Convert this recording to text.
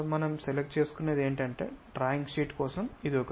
మనం ఎంచుకోబోయేది ఏమిటంటే డ్రాయింగ్ షీట్ కోసం ఇది ఒకటి